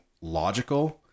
logical